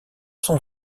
sont